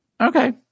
Okay